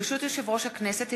ברשות יושב-ראש הכנסת,